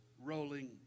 rolling